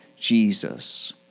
Jesus